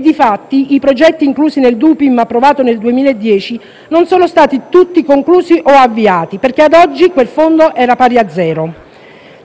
Difatti, i progetti inclusi nel DUPIM approvato nel 2010 non sono stati conclusi o avviati, perché ad oggi quel fondo era pari a zero.